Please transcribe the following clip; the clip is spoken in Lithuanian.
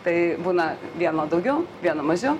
tai būna vieno daugiau vieno mažiau